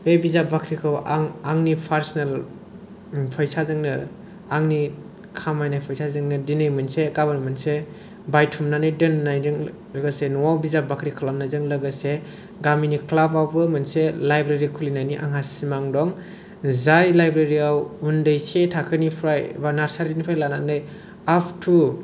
बे बिजाब बाख्रिखौ आं आंनि पार्सनेल फैसाजोंनो आंनि खामायनाय फैसाजोंनो दिनै मोनसे गाबोन मोनसे बायथुमनानै दोननायजों लोगोसे नआव बिजाब बाख्रि खालामनायजों लोगोसे गामिनि क्लाबावबो मोनसे लाइब्रेरि खुलिनायनि आंहा सिमां दं जाय लाइब्रेरिआव उन्दै से थाखोनिफ्राय एबा नार्सारिनिफ्राय लानानै आफ टु